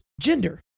gender